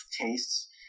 tastes